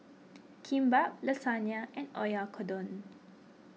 Kimbap Lasagna and Oyakodon